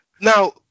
Now